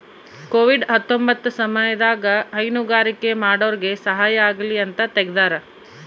Covid ಹತ್ತೊಂಬತ್ತ ಸಮಯದಾಗ ಹೈನುಗಾರಿಕೆ ಮಾಡೋರ್ಗೆ ಸಹಾಯ ಆಗಲಿ ಅಂತ ತೆಗ್ದಾರ